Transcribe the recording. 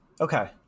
okay